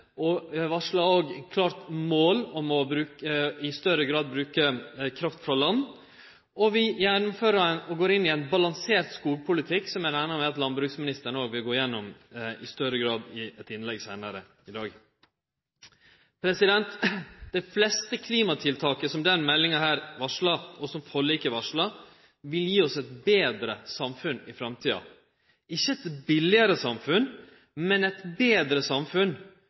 og varslar òg eit klart mål om i større grad å bruke kraft frå land. Vi gjennomfører ein balansert skogpolitikk, som eg reknar med at landbruksministeren i større grad vil gå gjennom i eit innlegg seinare i dag. Dei fleste klimatiltaka som denne meldinga varslar, og som forliket varslar, vil gje oss eit betre samfunn i framtida – ikkje eit billegare samfunn, men eit betre samfunn